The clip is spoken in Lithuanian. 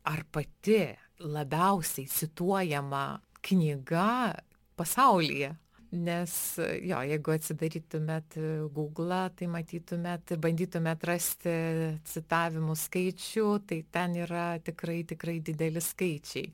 ar pati labiausiai cituojama knyga pasaulyje nes jo jeigu atsidarytumėt gūglą tai matytumėt ir bandytumėt rasti citavimų skaičių tai ten yra tikrai tikrai dideli skaičiai